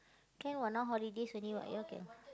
can [what] now holidays already you all can